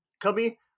cubby